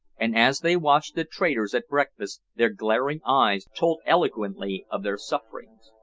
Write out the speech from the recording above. and as they watched the traders at breakfast, their glaring eyes told eloquently of their sufferings.